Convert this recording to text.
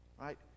right